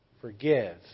Forgive